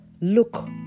Look